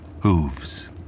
Hooves